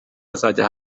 azajya